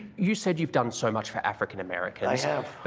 you said you've done so much for african-americans. i have.